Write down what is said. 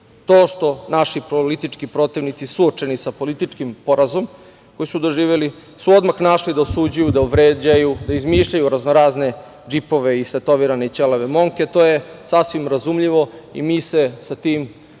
To što naši politički protivnici suočeni sa političkim porazom koji su doživeli su odmah našli da osuđuju, da vređaju, da izmišljaju raznorazne džipove, istetovirane i ćelave momke, to je sasvim razumljivo i mi se sa tim možemo